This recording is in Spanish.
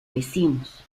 vecinos